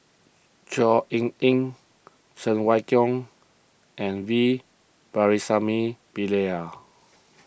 Chor Yeok Eng Cheng Wai Keung and V Pakirisamy Pillai